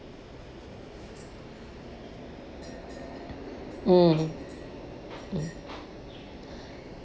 mm mm